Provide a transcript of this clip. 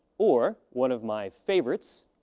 or, one of my favorites,